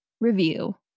review